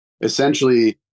essentially